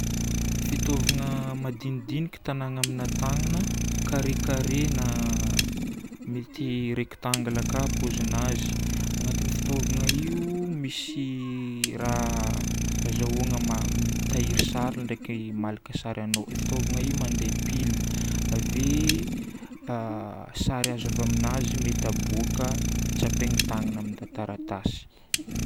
Fitaovagna madinidiniky tgnàna amina tagnana, carré carré na mety rectangle ka paozinazy. Agnatin'io fitaovagna io misy raha azahoagna mitahiry sary ndraiky malaka sary an'olo. Fitaovagna io mandeha pile. Ave sary azo avy aminazy mety aboaka tsapaigna tagnana amina taratasy.